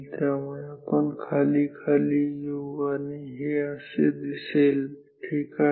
त्यामुळे आपण खाली खाली येऊ आणि हे असे दिसेल ठीक आहे